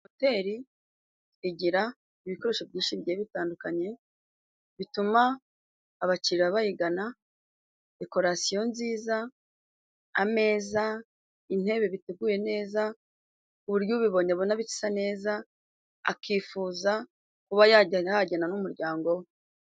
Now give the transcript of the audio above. Hoteri igira ibikoresho byinshi bigiye bitandukanye，bituma abakiriya bayigana，dekorasiyo nziza，ameza，intebe biteguye neza， ku buryo ubibonye abona bisa neza， akifuza kuba yajyana n'umuryango we.